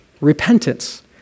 repentance